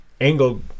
Angle